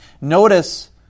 Notice